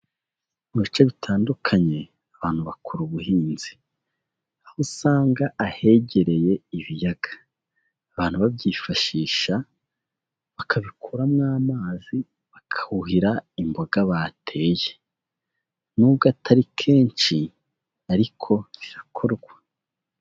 Mu bice bitandukanye abantu bakora ubuhinzi, aho usanga ahegereye ibiyaga abantu babyifashisha bakabikuramo amazi bakahuhira imboga bateye nubwo atari kenshi ariko birakorwa.